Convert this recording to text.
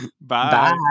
Bye